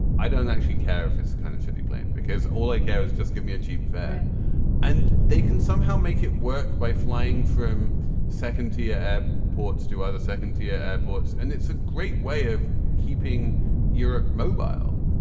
i don't actually care if it's the kind of shitty plane because all i care is just give me a cheap fare and they can somehow make it work by flying from second tier ah ports to other second tier airports. and it's a great way of keeping europe mobile.